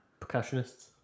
percussionists